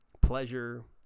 Pleasure